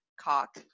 cock